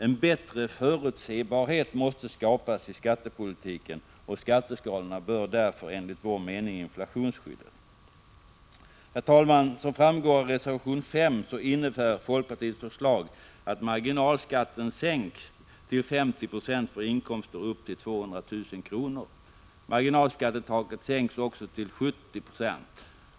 En bättre förutsebarhet måste skapas i skattepolitiken, och skatteskalorna bör därför inflationsskyddas. Herr talman! Som framgår av reservation 5 innebär folkpartiets förslag att marginalskatten sänks till 50 20 för inkomster upp till 200 000 kr. Marginalskattetaket sänks också till 70 26.